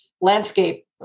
landscape